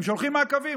הם שולחים מעקבים,